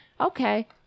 okay